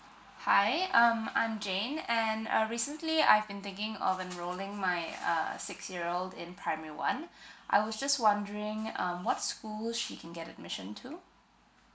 hi um I'm jane and uh recently I've been thinking of enroling my uh six year old in primary one I was just wondering um what school she can get admission to